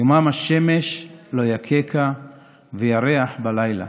יומם השמש לא יככה וירח בלילה.